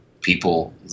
people